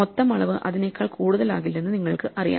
മൊത്തം അളവ് അതിനേക്കാൾ കൂടുതലാകില്ലെന്ന് നിങ്ങൾക്കറിയാം